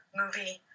movie